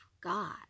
God